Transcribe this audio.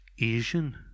Asian